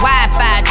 Wi-Fi